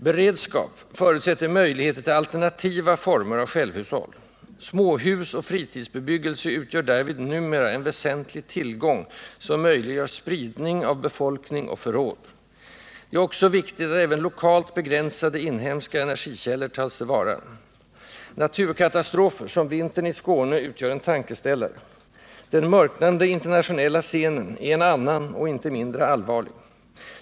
Beredskap förutsätter möjligheter till alternativa former av självhushåll. Småhusoch fritidsbebyggelse utgör därvid numera en väsentlig tillgång, som möjliggör spridning av befolkning och förråd. Det är också viktigt att även lokalt begränsade inhemska energikällor tas till vara. Naturkatastrofer som den i samband med vintern i Skåne utgör en tankeställare. Den mörknande internationella scenen utgör en annan och inte mindre allvarlig.